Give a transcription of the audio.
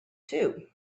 too